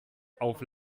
auf